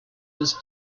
was